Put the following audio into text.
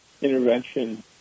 intervention